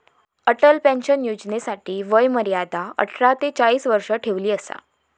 Atal pension योजनेसाठी वय मर्यादा अठरा ते चाळीस वर्ष ठेवली असा